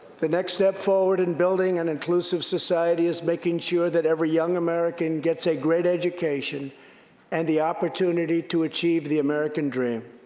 the next step forward in building an inclusive society is making sure that every young american gets a great education and the opportunity to achieve the american dream.